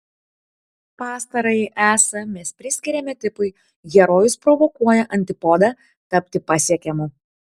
pastarąjį es mes priskiriame tipui herojus provokuoja antipodą tapti pasiekiamu